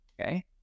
okay